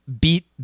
beat